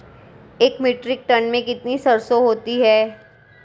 एक metric tonne में कितनी सरसों होती है?